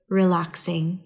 relaxing